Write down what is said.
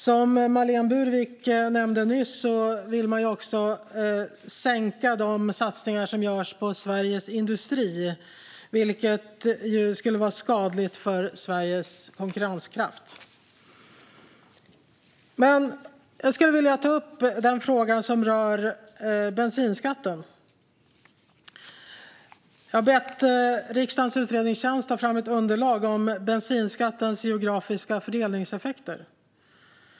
Som Marlene Burwick nämnde nyss vill man också sänka de satsningar som görs på Sveriges industri, vilket ju skulle vara skadligt för Sveriges konkurrenskraft. Jag skulle vilja ta upp frågan som rör bensinskatten. Jag har bett riksdagens utredningstjänst att ta fram ett underlag om bensinskattens geografiska fördelningseffekter.